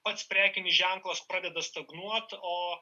pats prekinis ženklas pradeda stagnuot o